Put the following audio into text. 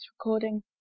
recording